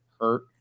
hurt